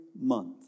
month